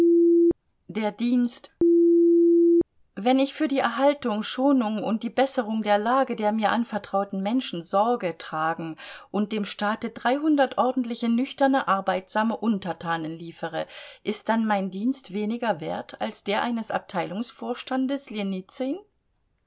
der dienst wenn ich für die erhaltung schonung und die besserung der lage der mir anvertrauten menschen sorge tragen und dem staate dreihundert ordentliche nüchterne arbeitsame untertanen liefere ist dann mein dienst weniger wert als der eines abteilungsvorstandes ljenizyn